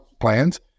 plans